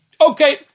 Okay